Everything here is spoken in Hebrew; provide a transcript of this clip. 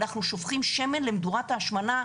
אנחנו שופכים שמן למדורת ההשמנה,